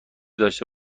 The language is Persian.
داشته